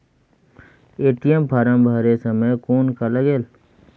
ATM form भरे समय कौन का लगेल?